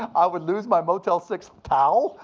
i would lose my motel six towel?